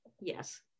yes